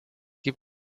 gibt